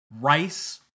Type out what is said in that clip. Rice